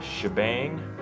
shebang